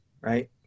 right